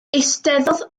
eisteddodd